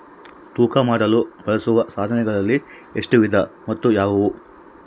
ತೂಕ ಮಾಡಲು ಬಳಸುವ ಸಾಧನಗಳಲ್ಲಿ ಎಷ್ಟು ವಿಧ ಮತ್ತು ಯಾವುವು?